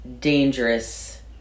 dangerous